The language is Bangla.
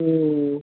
হুম